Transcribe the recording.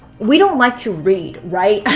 we don't like to read, right?